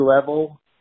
level